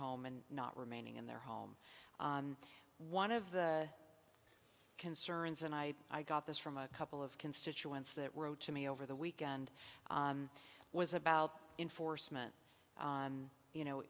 home and not remaining in their home one of the concerns and i i got this from a couple of constituents that wrote to me over the weekend was about enforcement you know